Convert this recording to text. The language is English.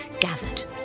gathered